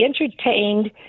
entertained